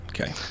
okay